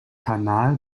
kanal